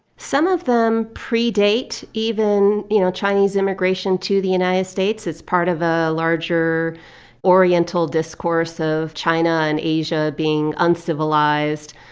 some of them predate even, you know, chinese immigration to the united states as part of a larger oriental discourse of china and asia being uncivilized,